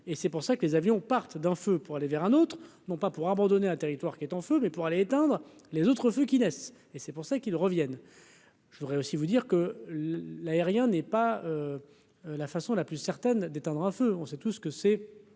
et c'est pour ça que les avions partent dans feu pour aller vers un autre, non pas pour abandonner un territoire qui est en feu, mais pour aller éteindre les autres feux qui laisse et c'est pour ça qu'ils reviennent, je voudrais aussi vous dire que l'aérien n'est pas la façon la plus certaine d'éteindre un feu, on sait tout ce que c'est